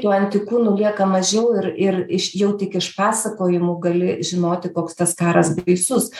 tų antikūnų lieka mažiau ir ir iš jau tik iš pasakojimų gali žinoti koks tas karas baisus